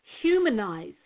humanize